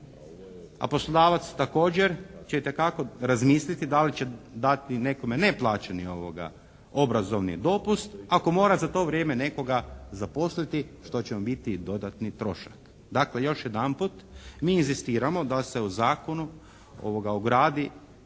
a poslodavac također će itekako razmisliti da li će dati nekome neplaćeni obrazovni dopust ako mora za to vrijeme nekoga zaposliti što će mu biti i dodatni trošak. Dakle, još jedanput mi inzistiramo da se u Zakonu ugradi